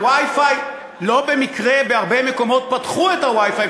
לא במקרה בהרבה מקומות פתחו את ה-WiFi,